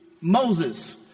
Moses